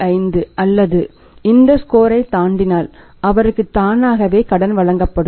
50 அல்லது இந்த ஸ்கோரைத் தாண்டினால் அவருக்கு தானாகவே கடன் வழங்கப்படும்